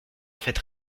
faites